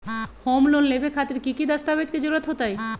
Home loan लेबे खातिर की की दस्तावेज के जरूरत होतई?